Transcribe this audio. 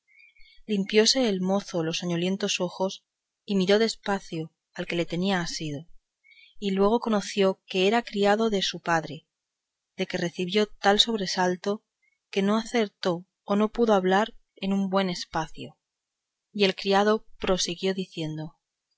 crió limpióse el mozo los soñolientos ojos y miró de espacio al que le tenía asido y luego conoció que era criado de su padre de que recibió tal sobresalto que no acertó o no pudo hablarle palabra por un buen espacio y el criado prosiguió diciendo